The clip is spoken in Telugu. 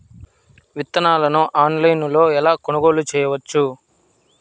విత్తనాలను ఆన్లైనులో ఎలా కొనుగోలు చేయవచ్చు?